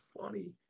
funny